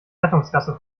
rettungsgasse